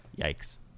Yikes